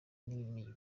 n’iyi